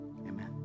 amen